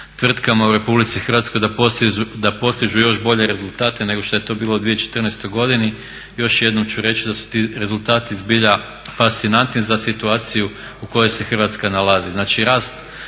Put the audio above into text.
tvrtkama u Republici Hrvatskoj da postižu još bolje rezultate nego što je to bilo u 2014. godini. Još jednom ću reći da su ti rezultati zbilja fascinantni za situaciju u kojoj se Hrvatska nalazi. Znači rast